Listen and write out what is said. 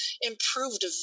improved